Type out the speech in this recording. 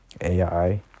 AI